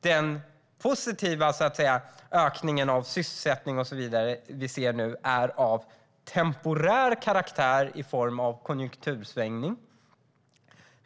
Den positiva ökning av sysselsättning och så vidare som vi ser nu är av temporär karaktär och sker i form av en konjunktursvängning.